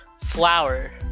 flower